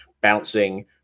bouncing